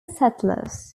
settlers